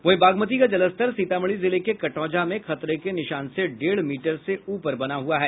वहीं बागमती का जलस्तर सीतामढ़ी जिले के कटौंझा में खतरे के निशान से डेढ़ मीटर से ऊपर बना हुआ है